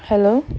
hello